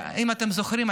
אם אתם זוכרים,